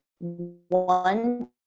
one